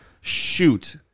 shoot